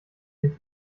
den